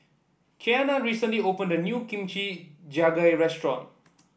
Keanna recently opened a new Kimchi Jjigae Restaurant